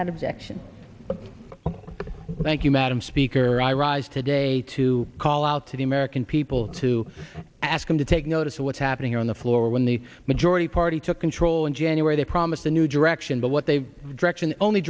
objection thank you madam speaker i rise today to call out to the american people to ask them to take notice of what's happening on the floor when the majority party took control in january they promised a new direction but what they direction only